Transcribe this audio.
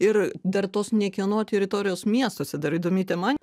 ir dar tos niekieno teritorijos miestuose dar įdomi tema